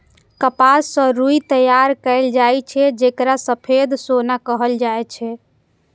कपास सं रुई तैयार कैल जाए छै, जेकरा सफेद सोना कहल जाए छै